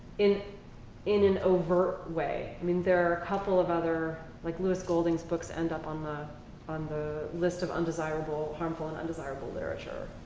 in in an overt way. i mean, there are a couple of other like louis golding's books end up on the on the list of undesirable, harmful and undesirable literature.